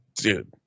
dude